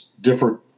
different